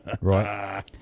right